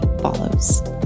follows